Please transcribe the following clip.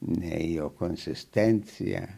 ne jo konsistencija